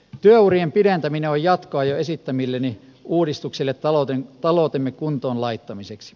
työurien pidentäminen on jatkoa jo esittämilleni uudistuksille taloutemme kuntoon laittamiseksi